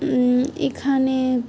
এখানে